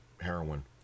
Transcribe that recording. heroin